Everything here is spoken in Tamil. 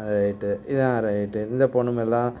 ஆ ரைட்டு இதுதான் ரைட்டு இந்த போனுமெல்லாம்